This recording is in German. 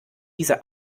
diese